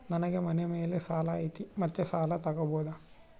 ನನಗೆ ಮನೆ ಮೇಲೆ ಸಾಲ ಐತಿ ಮತ್ತೆ ಸಾಲ ತಗಬೋದ?